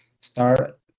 start